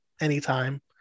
anytime